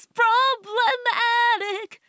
problematic